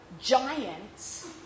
giants